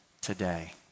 today